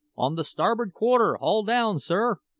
on the starboard quarter, hull down, sir,